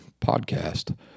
podcast